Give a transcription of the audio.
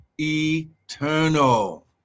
eternal